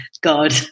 God